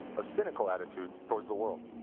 cynical attitude towards the world.